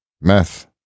Meth